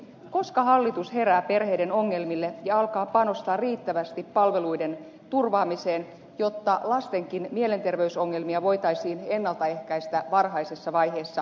koska hallitus herää perheiden ongelmille ja alkaa panostaa riittävästi palveluiden turvaamiseen jotta lastenkin mielenterveysongelmia voitaisiin ennalta ehkäistä varhaisessa vaiheessa